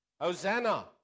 Hosanna